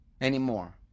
anymore